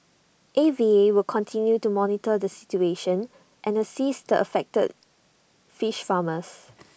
A V A will continue to monitor the situation and assist the affected fish farmers